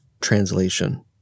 translation